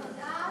תודה,